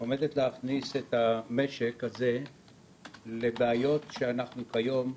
עומדת להכניס את המשק הזה לבעיות שאנחנו כיום.